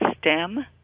stem